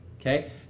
okay